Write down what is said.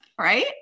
right